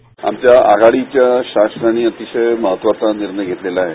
bite आमच्या आघाडीच्या सरकारने अतिशय महत्वाचा निर्णय घेतला आहे